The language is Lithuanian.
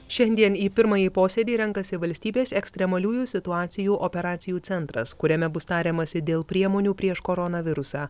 šiandien į pirmąjį posėdį renkasi valstybės ekstremaliųjų situacijų operacijų centras kuriame bus tariamasi dėl priemonių prieš koronavirusą